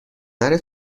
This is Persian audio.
نره